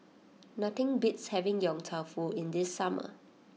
nothing beats having Yong Tau Foo in the summer